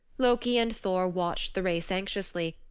loki and thor watched the race anxiously,